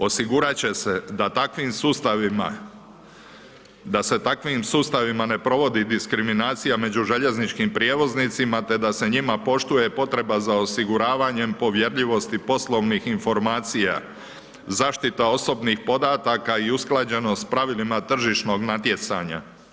Osigurati će se da takvim sustavima, da se sa takvim sustavima ne provodi diskriminacija među željezničkim prijevoznicima, te da se njima poštuje potreba za osiguravanjem povjerljivosti poslovnih informacija, zaštita osobnih podataka i usklađenost s pravilima tržišnog natjecanja.